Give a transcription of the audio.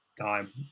time